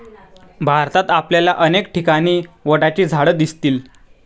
भारतात आपल्याला अनेक ठिकाणी वडाची झाडं दिसतील